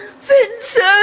Vincent